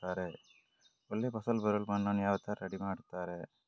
ಒಳ್ಳೆ ಫಸಲು ಬರಲು ಮಣ್ಣನ್ನು ಯಾವ ತರ ರೆಡಿ ಮಾಡ್ತಾರೆ?